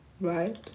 right